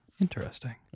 Interesting